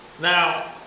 Now